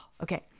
Okay